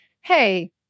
hey